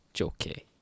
Okay